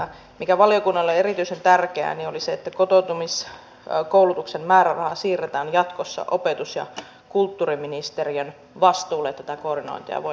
se mikä valiokunnalle oli erityisen tärkeää oli se että kotoutumiskoulutuksen määräraha siirretään jatkossa opetus ja kulttuuriministeriön vastuulle niin että tätä koordinointia voidaan tehdä paremmin